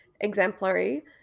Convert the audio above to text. exemplary